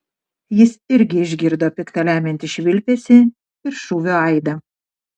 jis irgi išgirdo pikta lemiantį švilpesį ir šūvio aidą